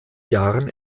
jahren